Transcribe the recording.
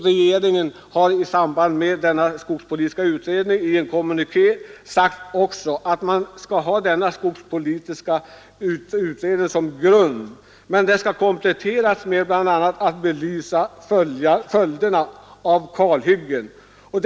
Regeringen har anfört i en kommuniké att utredningens betänkande skall ligga som grund, men att det skall kompletteras bl.a. med belysning av följderna av kalhuggning.